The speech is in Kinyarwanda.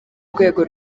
rwego